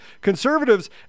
conservatives